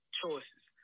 choices